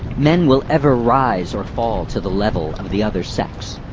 men will ever rise or fall to the level of the other sex.